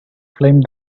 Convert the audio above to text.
flame